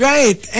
Right